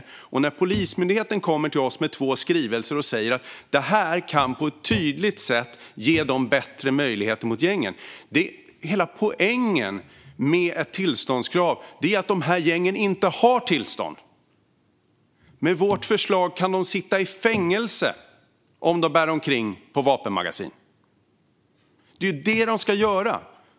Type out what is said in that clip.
Nu kommer Polismyndigheten till oss med två skrivelser och säger att detta på ett tydligt sätt kan ge dem bättre möjligheter mot gängen. Hela poängen med ett tillståndskrav är att gängen inte har tillstånd. Med vårt förslag kan de sitta i fängelse om de bär omkring på vapenmagasin. Det är ju det de ska göra.